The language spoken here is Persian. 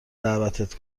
دعوتت